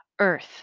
Earth